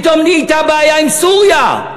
נהייתה בעיה עם סוריה,